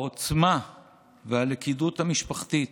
העוצמה והלכידות המשפחתית,